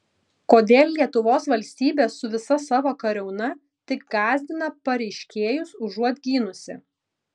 kodėl lietuvos valstybė su visa savo kariauna tik gąsdina pareiškėjus užuot gynusi